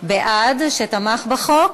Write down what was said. בעד, שתמך בחוק.